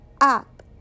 up